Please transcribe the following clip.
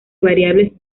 variables